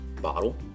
bottle